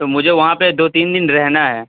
تو مجھے وہاں پہ دو تین دن رہنا ہے